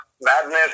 madness